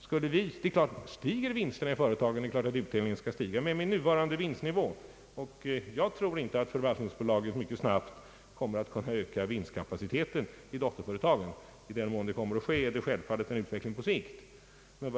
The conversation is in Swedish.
Stiger vinsterna i företagen, är det klart att utdelningen skall stiga, men med nuvarande vinstnivå kan den inte göra det. Jag tror inte att förvaltningsbolaget mycket snabbt kommer att kunna öka vinstkapaciteten i dotterföretagen. I den mån detta kommer att ske är det självfallet en utveckling på längre sikt.